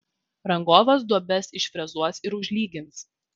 rangovas duobes išfrezuos ir užlygins